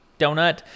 donut